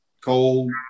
cold